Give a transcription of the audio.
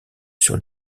sur